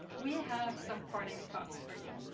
we have some parting thoughts for you.